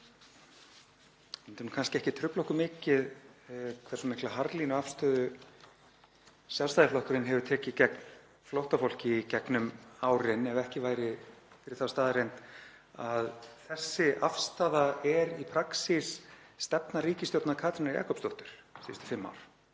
Það myndi kannski ekki trufla okkur mikið hversu mikla harðlínuafstöðu Sjálfstæðisflokkurinn hefur tekið gegn flóttafólki í gegnum árin ef ekki væri fyrir þá staðreynd að þessi afstaða er í praxís stefna ríkisstjórnar Katrínar Jakobsdóttur síðustu fimm ár.